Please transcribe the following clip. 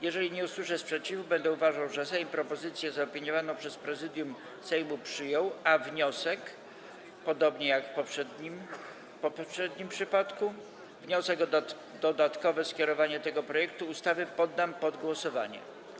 Jeżeli nie usłyszę sprzeciwu, będę uważał, że Sejm propozycję zaopiniowaną przez Prezydium Sejmu przyjął, a - podobnie jak w poprzednim przypadku - wniosek o dodatkowe skierowanie tego projektu ustawy poddam pod głosowanie.